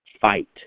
Fight